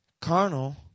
Carnal